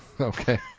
Okay